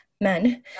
men